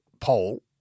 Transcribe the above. poll